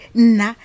na